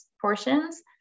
portions